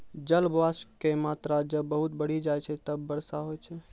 जलवाष्प के मात्रा जब बहुत बढ़ी जाय छै तब वर्षा होय छै